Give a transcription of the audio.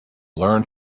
learn